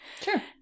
Sure